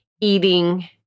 Eating